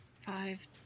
Five